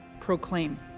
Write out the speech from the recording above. proclaim